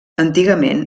antigament